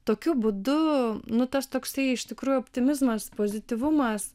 tokiu būdu nu tas toks tai iš tikrųjų optimizmas pozityvumas